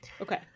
Okay